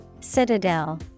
Citadel